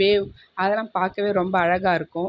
wave அதெலாம் பார்க்கவே ரொம்ப அழகாயிருக்கும்